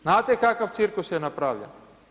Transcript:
Znate kakav cirkus je napravljen?